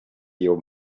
your